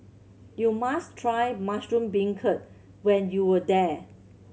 you must try mushroom beancurd when you are there